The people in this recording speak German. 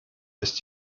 ist